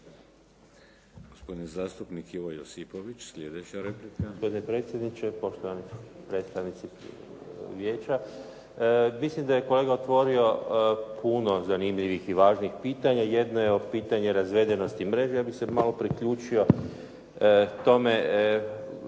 Gospodin zastupnik Ivo Josipović, sljedeća replika. **Josipović, Ivo (SDP)** Potpredsjedniče, poštovani predstavnici vijeća. Mislim da je kolega otvorio puno zanimljivih i važnih pitanja, jedno je pitanje razvedenosti mreže. Ja bih se malo priključio tome